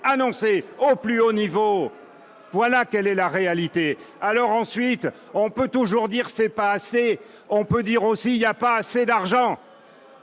annoncée au plus haut niveau. Voilà quelle est la réalité ! On peut toujours dire que ce n'est pas assez et qu'il n'y a pas assez d'argent.